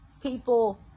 people